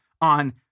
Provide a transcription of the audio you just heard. on